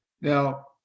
Now